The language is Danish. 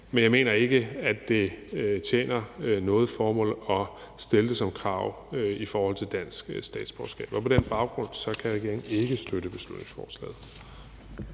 men jeg mener ikke, at det tjener noget formål at stille det som et krav i forhold til dansk statsborgerskab. På den baggrund kan regeringen ikke støtte beslutningsforslaget.